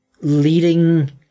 leading